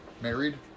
married